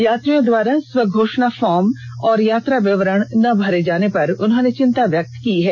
यात्रियों द्वारा स्वघोषणा फार्म और यात्रा विवरण न भरे जाने पर उन्होंने चिंता व्यक्त की है